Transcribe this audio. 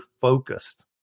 focused